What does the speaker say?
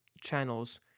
channels